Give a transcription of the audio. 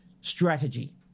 strategy